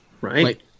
Right